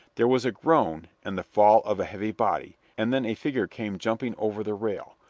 there was a groan and the fall of a heavy body, and then a figure came jumping over the rail,